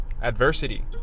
adversity